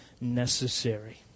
necessary